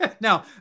Now